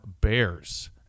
Bears